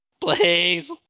Please